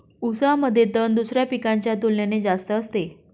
ऊसामध्ये तण दुसऱ्या पिकांच्या तुलनेने जास्त असते